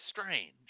strange